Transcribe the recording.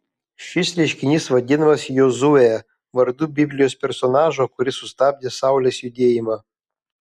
šis reiškinys vadinamas jozue vardu biblijos personažo kuris sustabdė saulės judėjimą